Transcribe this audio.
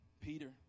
Peter